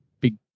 big